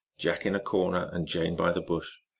jack in a corner and jane by the bush,